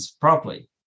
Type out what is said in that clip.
properly